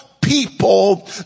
people